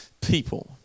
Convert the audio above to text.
people